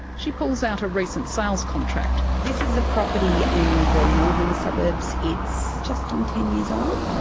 she pulls out a recent sales contract. this is a property in the northern suburbs. it's just on ten years old.